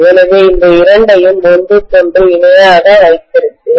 எனவே இந்த இரண்டையும் ஒன்றுக்கொன்று இணையாக வைத்திருப்பேன்